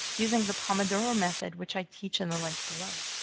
using the pomodoro method, which i teach in the link below.